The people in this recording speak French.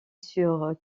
sur